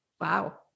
Wow